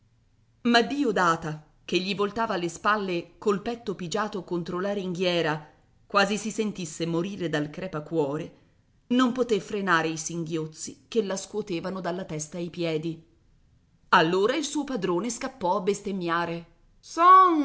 ma diodata che gli voltava le spalle col petto pigiato contro la ringhiera quasi si sentisse morire dal crepacuore non poté frenare i singhiozzi che la scuotevano dalla testa ai piedi allora il suo padrone scappò a bestemmiare